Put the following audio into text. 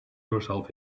yourself